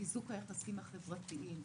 לחיזוק היחסים החברתיים,